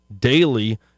daily